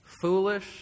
foolish